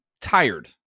tired